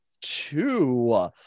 two